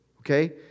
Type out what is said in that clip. okay